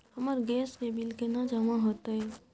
हमर गैस के बिल केना जमा होते?